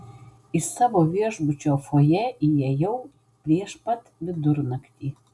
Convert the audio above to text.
į savo viešbučio fojė įėjau prieš pat vidurnaktį